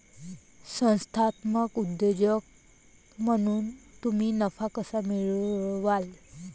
संस्थात्मक उद्योजक म्हणून तुम्ही नफा कसा मिळवाल?